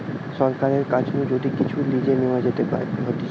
সরকারের কাছ নু যদি কিচু লিজে নেওয়া হতিছে